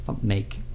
make